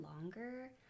longer